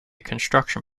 construction